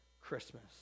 christmas